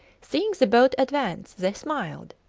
seeing the boat advance, they smiled,